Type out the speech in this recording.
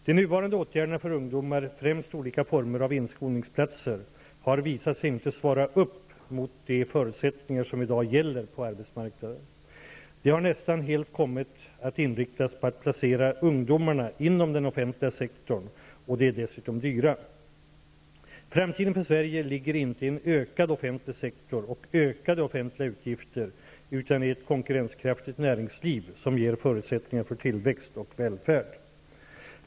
De nuvarande åtgärderna för ungdomar, främst olika former av inskolningsplatser, har visat sig inte svara upp mot de förutsättningar som i dag gäller på arbetsmarknaden. De har nästan helt kommit att inriktas på att placera ungdomarna inom den offentliga sektorn, och de är dessutom dyra. Framtiden för Sverige ligger inte i en ökad offentlig sektor och ökade offentliga utgifter utan i ett konkurrenskraftigt näringsliv, som ger förutsättningar för tillväxt och välfärd.